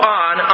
on